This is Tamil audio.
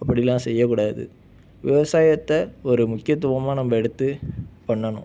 அப்படிலாம் செய்ய கூடாது விவசாயத்தை ஒரு முக்கியத்துவமாக நம்ம எடுத்து பண்ணணும்